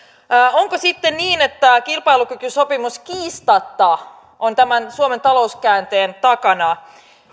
onko sitten niin että kilpailukykysopimus kiistatta on tämän suomen talouskäänteen takana